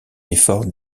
effort